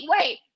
wait